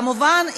כמובן,